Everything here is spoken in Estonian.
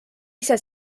ise